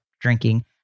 drinking